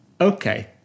okay